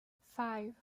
five